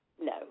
no